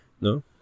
No